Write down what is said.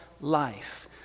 life